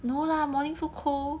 no lah morning so cold